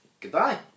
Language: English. Goodbye